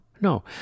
no